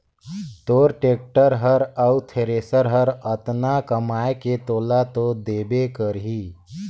तोर टेक्टर हर अउ थेरेसर हर अतना कमाये के तोला तो देबे करही